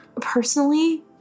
Personally